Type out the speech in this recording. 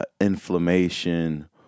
inflammation